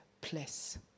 place